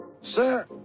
Sir